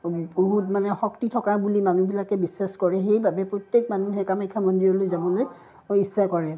বহুত মানে শক্তি থকা বুলি মানুহবিলাকে বিশ্বাস কৰে সেইবাবে প্ৰত্যেক মানুহে কামাখ্যা মন্দিৰলৈ যাবলৈ ইচ্ছা কৰে